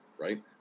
right